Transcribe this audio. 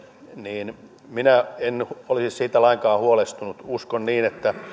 niin minä en olisi siitä lainkaan huolestunut uskon niin että